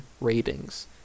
ratings